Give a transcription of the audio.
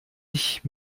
ich